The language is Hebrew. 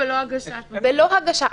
בלא הגשה.